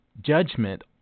Judgment